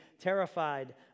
terrified